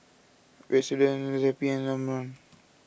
Redoxon Zappy and Omron